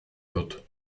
wird